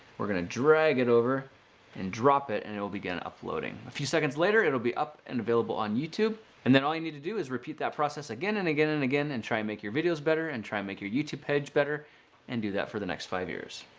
we're going to drag it over and drop it and it will begin uploading. a few seconds later, it'll be up and available on youtube. and then all you need to do is repeat that process again and again and again and try and make your videos better and try and make your youtube page better and do that for the next five years.